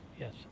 yes